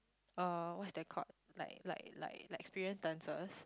uh what's that called like like like like experienced dancers